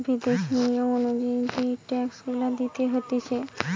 বিদেশি নিয়ম অনুযায়ী যেই ট্যাক্স গুলা দিতে হতিছে